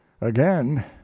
again